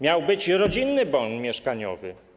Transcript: Miał być rodzinny bon mieszkaniowy.